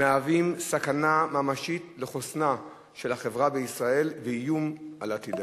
מהווים סכנה ממשית לחוסנה של החברה בישראל ואיום על עתידה.